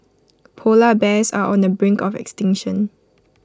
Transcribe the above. Polar Bears are on the brink of extinction